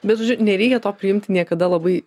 bet nereikia to priimti niekada labai